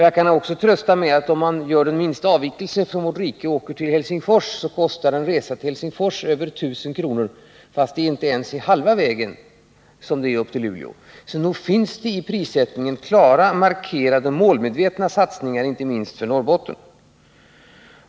Jag kan också trösta med att om man gör den minsta avvikelse från vårt rike och åker till Helsingfors, kostar en flygresa dit över 1 000 kr., fastän det inte ens är hälften av den väg det är upp till Luleå. Så nog finns det i prissättningen klara, markerade, målmedvetna satsningar inte minst för Norrbotten.